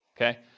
okay